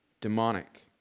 demonic